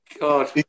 god